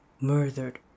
murdered